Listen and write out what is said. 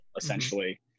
essentially